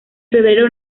febrero